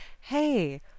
hey